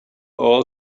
all